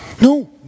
No